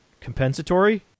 Compensatory